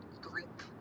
group